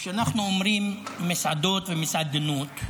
וכשאנחנו אומרים מסעדות ומסעדנות,